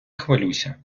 хвилюйся